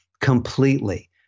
completely